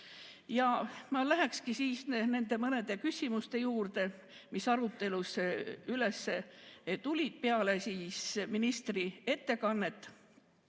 Ma lähengi nende mõnede küsimuste juurde, mis arutelus üles tulid peale ministri ettekannet.